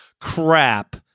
crap